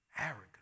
arrogance